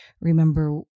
remember